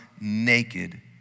naked